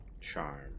Charm